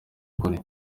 ukuri